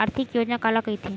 आर्थिक योजना काला कइथे?